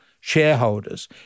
shareholders